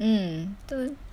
mm betul